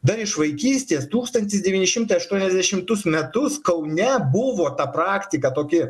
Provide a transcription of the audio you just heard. dar iš vaikystės tūkstantis devyni šimtai aštuoniasdešimtus metus kaune buvo ta praktika tokie